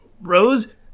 Rose